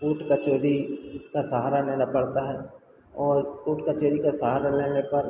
coat कचहरी का सहारा लेना पड़ता है और कोट कचहरी का सहारा लेने पर